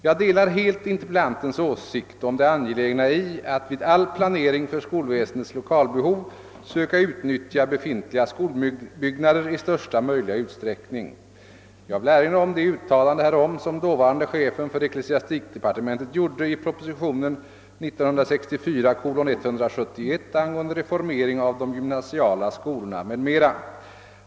Jag delar helt interpellantens åsikt om det angelägna i att vid all planering för skolväsendets lokalbehov söka utnyttja befintliga skolbyggnader i största möjliga utsträckning. Jag vill erinra om det uttalande härom som dåvarande chefen för ecklesiastikdepartementet gjorde i propositionen 1964:171 angående reformering av de gymnasiala skolorna m.m.